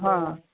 हा